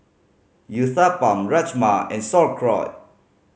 Uthapam Rajma and Sauerkraut